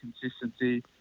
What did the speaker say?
consistency